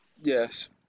Yes